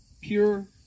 pure